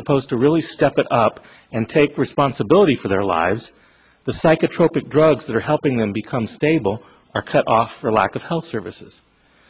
supposed to really step up and take responsibility for their lives the psychotropic drugs that are helping them become stable are cut off for lack of health services